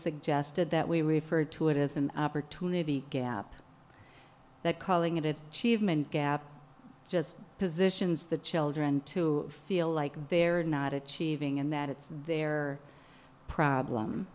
suggested that we referred to it as an opportunity gap that calling it cheve gap just positions the children to feel like they're not achieving and that it's their problem